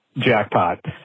jackpot